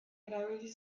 erabili